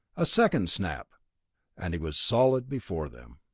a second snap and he was solid before them.